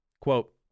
Quote